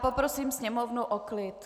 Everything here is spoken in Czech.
Poprosím sněmovnu o klid!